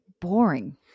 boring